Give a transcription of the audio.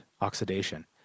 oxidation